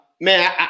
man